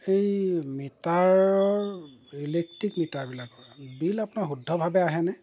এই মিটাৰৰ ইলেকট্ৰিক মিটাৰবিলাকৰ বিল আপোনাৰ শুদ্ধভাৱে আহেনে